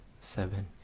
seven